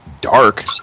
dark